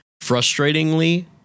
frustratingly